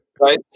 Right